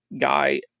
guy